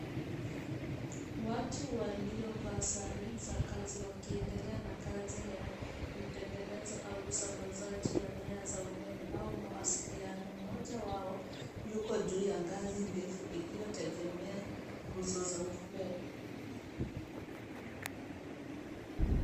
Watu waliovaa sare za kazi wakiendelea na kazi ya kutengeneza au usambazaji wa nyaya za umeme au mawasiliano. Mmoja wao yuko juu ya ngazi ndefu, iliyotegemea nguzo za umeme.